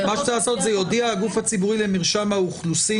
מה שצריך לעשות זה יודיע הגוף הציבורי למרשם האוכלוסין,